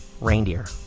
reindeer